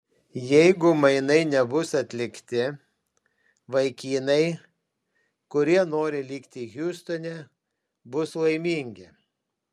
jeigu mainai nebus atlikti vaikinai kurie nori likti hjustone bus laimingi